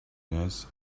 less